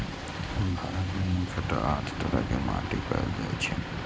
भारत मे मुख्यतः आठ तरह के माटि पाएल जाए छै